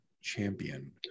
champion